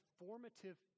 formative